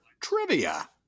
Trivia